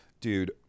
Dude